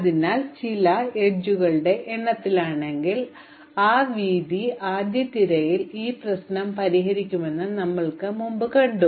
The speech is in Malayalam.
അതിനാൽ ഞങ്ങളുടെ ചിലവ് അരികുകളുടെ എണ്ണത്തിലാണെങ്കിൽ ആ വീതി ആദ്യ തിരയൽ ഈ പ്രശ്നം പരിഹരിക്കുമെന്ന് ഞങ്ങൾ മുമ്പ് കണ്ടു